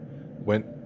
went